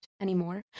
anymore